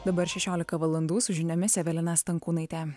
dabar šešiolika valandų su žiniomis evelina stankūnaitė